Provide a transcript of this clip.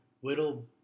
whittle